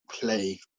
play